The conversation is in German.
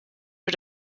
für